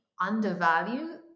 undervalue